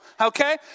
Okay